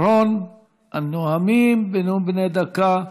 אחרון הנואמים בנאומים בני דקה,